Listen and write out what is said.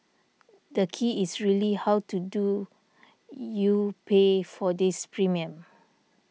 the key is really how to do you pay for this premium